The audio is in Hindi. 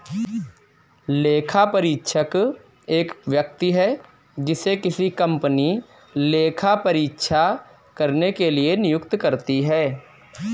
लेखापरीक्षक एक व्यक्ति है जिसे किसी कंपनी लेखा परीक्षा करने के लिए नियुक्त करती है